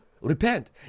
Repent